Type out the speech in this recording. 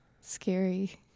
scary